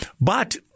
But-